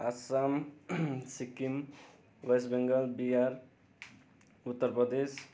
Assam Sikkim West Bengal Bihar Uttar Pradesh